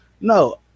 No